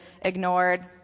ignored